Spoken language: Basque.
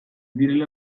direla